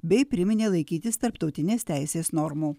bei priminė laikytis tarptautinės teisės normų